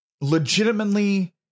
legitimately